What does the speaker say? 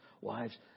Wives